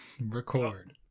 Record